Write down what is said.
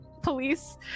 police